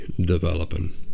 developing